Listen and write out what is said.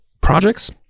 projects